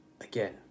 again